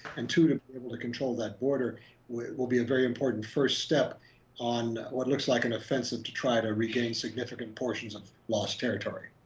and two to be able to control that border will will be a very important first step on what looks like an offensive to try and regain significant portions of lost territory.